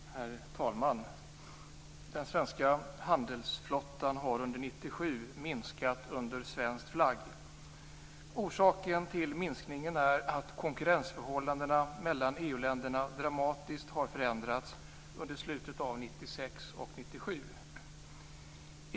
Herr talman! Den svenska handelsflottan har under 1997 minskat under svensk flagg. Orsaken till minskningen är att konkurrensförhållandena mellan EU-länderna dramatiskt har förändrats under slutet av 1996 och 1997.